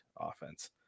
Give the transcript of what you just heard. offense